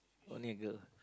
only a girl